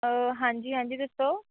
ਹਾਂਜੀ ਹਾਂਜੀ ਦੱਸੋ